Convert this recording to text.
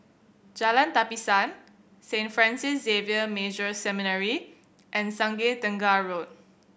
Jalan Tapisan Saint Francis Xavier Major Seminary and Sungei Tengah Road